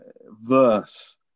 verse